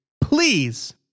please